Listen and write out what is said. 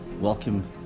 welcome